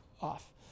off